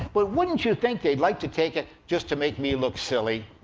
but wouldn't you think they'd like to take it just to make me look silly?